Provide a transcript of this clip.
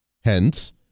hence